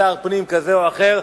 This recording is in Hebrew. בשר פנים כזה או אחר.